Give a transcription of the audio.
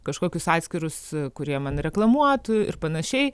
kažkokius atskirus kurie man reklamuotų ir panašiai